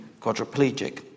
quadriplegic